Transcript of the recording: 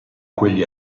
quegli